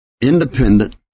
independent